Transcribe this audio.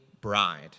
bride